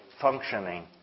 functioning